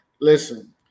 Listen